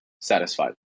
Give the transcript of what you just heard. satisfied